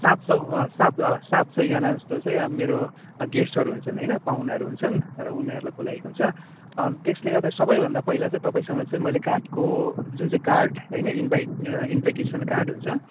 सात सय सात सात सयजना जस्तो चाहिँ मेरो गेस्टहरू हुन्छन् होइन पाहुनाहरू हुन्छन् र उनीहरूलाई बोलाइएको हुन्छ त्यसले गर्दा सबैभन्दा पहिला चाहिँ तपाईँसँग चाहिँ मैले काठको जुन चाहिँ कार्ड होइन इन्भाइट इन्भाइटेसन कार्ड हुन्छ